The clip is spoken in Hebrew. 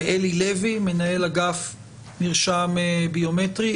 ואלי לוי, מנהל אגף מרשם ביומטרי.